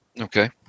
Okay